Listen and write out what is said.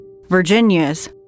Virginia's